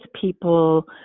people